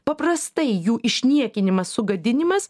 paprastai jų išniekinimas sugadinimas